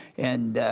and